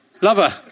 Lover